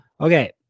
Okay